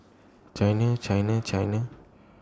China China China